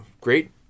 great